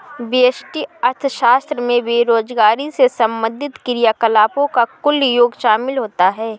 व्यष्टि अर्थशास्त्र में बेरोजगारी से संबंधित क्रियाकलापों का कुल योग शामिल होता है